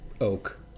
oak